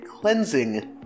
cleansing